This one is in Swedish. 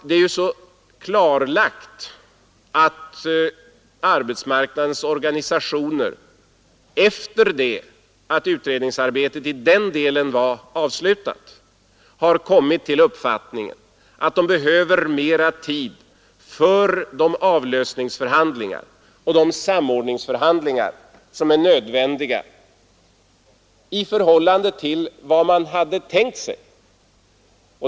Det är klarlagt att arbetsmarknadens organisationer efter det att utredningsarbetet i den delen var avslutat har kommit till uppfattningen att de behöver mer tid för de avlösningsoch samordningsförhandlingar som är nödvändiga än vad de hade tänkt sig.